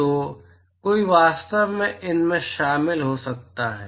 तो कोई वास्तव में इनमें शामिल हो सकता है